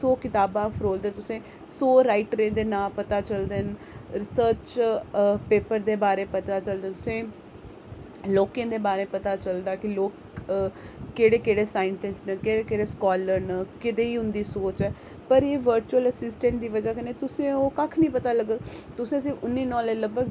सौ कताबां फरोलदे तुसें सौ राईटरें दे नांऽ पता चलदे न रिसर्च पेपर दे बारै पता चलदा तुसें लोकें दे बारै पता चलदा केह् केह्ड़े केह्ड़े साईंसटिस्ट न केह्ड़े केह्ड़े स्कालर न कदे ई उ'नदी सोच ऐ पर बर्चूअल अस्सिटैंट दी बजह् कन्नै तुसेंगी ओह् कक्ख नीं पता लग्गग तुसेंगी सिर्फ उन्नी नॉलेज लब्भग